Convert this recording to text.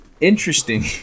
Interesting